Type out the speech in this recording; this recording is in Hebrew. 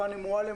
פאני מועלם,